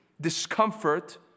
discomfort